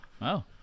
Wow